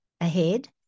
ahead